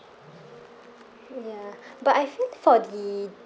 ya but I feel for the